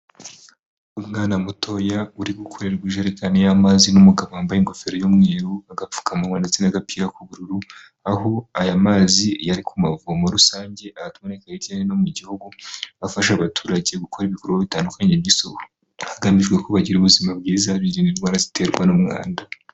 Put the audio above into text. Umwana mutoya uri gukorerwa ijerekani y'amazi n'umugabo wambaye ingofero y'umweru, agapfukamunwa ndetse n'agapira k'ubururu aho aya mazi yari ku mavomo rusange aboneka hirya no hino mu gihugu afasha abaturage gukora ibikorwa bitandukanye by'isuku hagamijwe ko bagira ubuzima bwiza birinda indwara ziterwa n'umwanda.